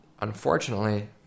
Unfortunately